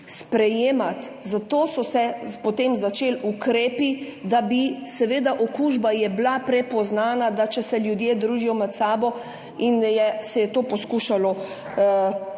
sprejemati ljudi. Zato so se potem začeli ukrepi, seveda, okužba je bila prepoznana, da če se ljudje družijo med sabo in se je to poskušalo na